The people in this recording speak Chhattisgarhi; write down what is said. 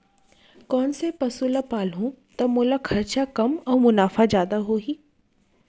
कोन से पसु ला पालहूँ त मोला खरचा कम अऊ मुनाफा जादा होही?